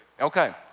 Okay